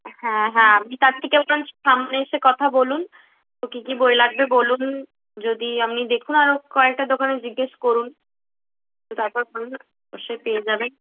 হ্যাঁ হ্যাঁ আপনি তার থেকে বরঞ্চ সামনে এসে কথা বলুন তো কী কী বই লাগবে বলুন যদি আপনি দেখুন আরও কয়েকটা দোকানে জিজ্ঞেস করুন তো তারপর বলুন অবশ্যই পেয়ে যাবেন